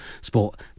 sport